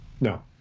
no